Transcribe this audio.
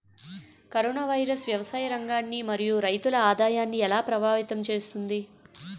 Corona virus వ్యవసాయ రంగాన్ని మరియు రైతుల ఆదాయాన్ని ఎలా ప్రభావితం చేస్తుంది?